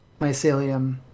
mycelium